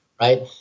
right